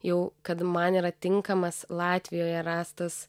jau kad man yra tinkamas latvijoje rastas